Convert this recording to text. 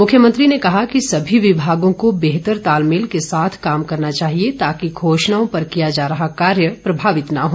मुख्यमंत्री ने कहा कि सभी विभागों को बेहतर तालमेल के साथ काम करना चाहिए ताकि घोषणाओं पर किया जा रहा कार्य प्रभावित न हो